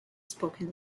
spoken